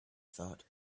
thought